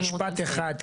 בבקשה.